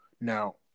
Now